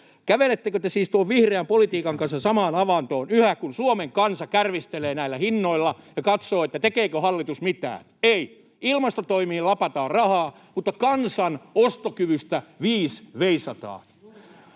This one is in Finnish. Kävelettekö te siis tuon vihreän politiikan kanssa samaan avantoon yhä, kun Suomen kansa kärvistelee näillä hinnoilla ja katsoo, tekeekö hallitus mitään? Ei! Ilmastotoimiin lapataan rahaa, mutta kansan ostokyvystä viis veisataan.